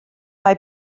mae